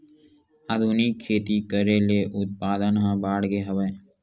आधुनिक खेती करे ले उत्पादन ह बाड़गे हवय